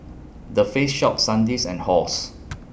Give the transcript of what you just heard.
The Face Shop Sandisk and Halls